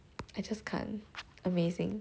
I just can't amazing